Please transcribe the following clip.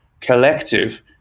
collective